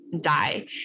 die